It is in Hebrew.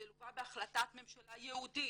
זה לווה בהחלטת ממשלה ייעודית.